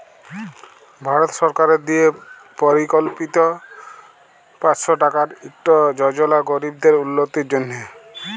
ভারত সরকারের দিয়ে পরকল্পিত পাঁচশ টাকার ইকট যজলা গরিবদের উল্লতির জ্যনহে